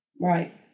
Right